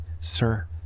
sir